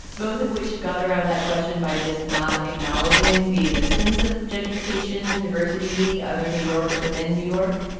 both of which got around that question by just not acknowledging the existence of gentrification, diversity, other new york's within new york.